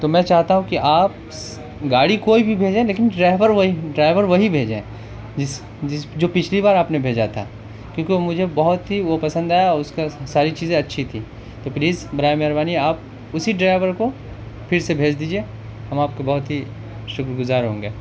تو میں چاہتا ہوں کہ آپ گاڑی کوئی بھی بھیجیں لیکن ڈرائیور وہی ڈرائیور وہی بھیجیں جس جس جو پچھلی بار آپ نے بھیجا تھا کیونکہ وہ مجھے بہت ہی وہ پسند آیا اور اس کا ساری چیزیں اچھی تھیں تو پلیز برائے مہربانی آپ اسی ڈرائیور کو پھر سے بھیج دیجیے ہم آپ کے بہت ہی شکرگزار ہوں گا